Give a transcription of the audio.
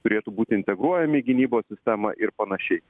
turėtų būti integruojami į gynybos sistemą ir panašiai